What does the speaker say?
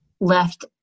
left